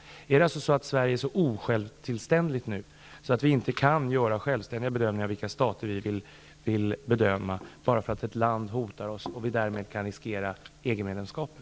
Är det så att vi i Sverige nu är så osjälvständiga att vi inte kan göra självständiga bedömningar av vilka stater vi vill erkänna bara därför att ett land hotar oss och vi därmed kan riskera EG-medlemskapet?